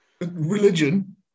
Religion